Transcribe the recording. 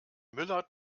müller